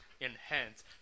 Enhance